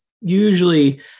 usually